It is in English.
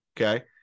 okay